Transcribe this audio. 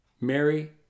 Mary